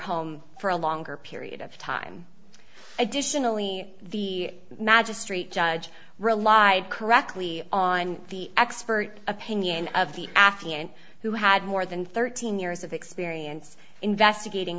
home for a longer period of time additionally the magistrate judge relied correctly on the expert opinion of the affiant who had more than thirteen years of experience investigating